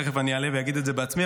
תיכף אני אעלה ואגיד את זה בעצמי,